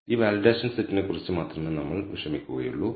ഈ വാലിഡേഷൻ സെറ്റിനെക്കുറിച്ച് മാത്രമേ നമ്മൾ വിഷമിക്കുകയുള്ളൂ